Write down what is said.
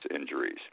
injuries